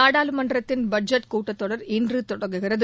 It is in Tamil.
நாடாளுமன்றத்தின் பட்ஜெட் கூட்டத்தொடர் இன்று தொடங்குகிறது